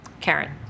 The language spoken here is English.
Karen